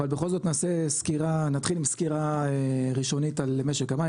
אבל בכל זאת נעשה סקירה נתחיל עם סקירה ראשונית על משק המים,